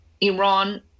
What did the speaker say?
Iran